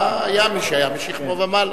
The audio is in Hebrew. משכמו ומעלה, היה מי שהיה משכמו ומעלה.